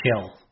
chill